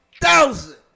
thousand